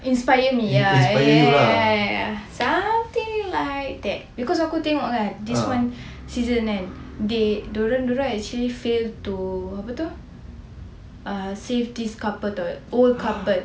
inspire me ya something like that because aku tengok kan this one season kan they diorang fail to apa tu uh save this couple [tau] old couple